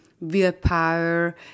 willpower